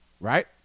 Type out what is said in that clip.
right